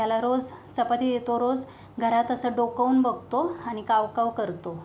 त्याला रोज चपाती येतो रोज घरात असा डोकावून बघतो आणि काव काव करतो